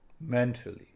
mentally